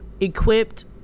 equipped